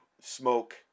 smoke